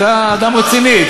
אתה אדם רציני,